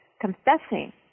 confessing